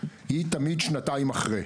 היא תמיד שנתיים אחרי.